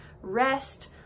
rest